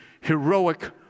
heroic